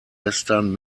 western